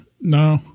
No